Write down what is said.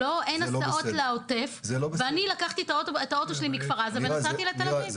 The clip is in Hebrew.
אין הסעות לעוטף והייתי צריכה לבוא במיוחד להביא אותו.